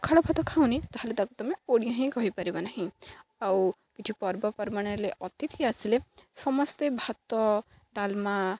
ପଖାଳ ଭାତ ଖାଉନି ତାହେଲେ ତାକୁ ତୁମେ ପଡ଼ିଏ ହିଁ କହିପାରିବ ନାହିଁ ଆଉ କିଛି ପର୍ବପର୍ବାଣରେରେ ଅତିଥି ଆସିଲେ ସମସ୍ତେ ଭାତ ଡାଲମା